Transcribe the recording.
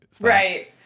right